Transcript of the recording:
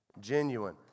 Genuine